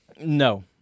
No